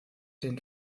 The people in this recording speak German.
den